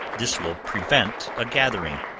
this will prevent a gathering.